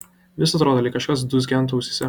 vis atrodo lyg kažkas dūzgentų ausyse